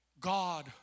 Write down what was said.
God